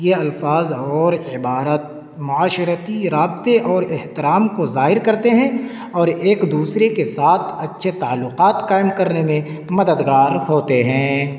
یہ الفاظ اور عبارت معاشرتی رابطے اور احترام کو ظاہر کرتے ہیں اور ایک دوسرے کے ساتھ اچھے تعلقات قائم کرنے میں مددگار ہوتے ہیں